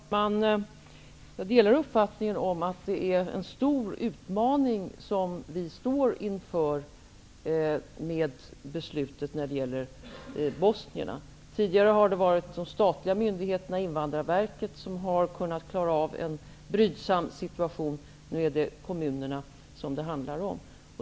Herr talman! Jag delar uppfattningen att det är en stor utmaning vi står inför när det gäller beslutet om bosnierna. Tidigare har det varit den statliga myndigheten Invandrarverket som har klarat av en brydsam situation. Nu är det kommunerna som det handlar om.